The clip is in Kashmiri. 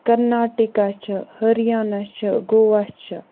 کَرناٹِکا چھُ ۂریانہ چھُ گووا چھِ